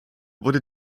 wurde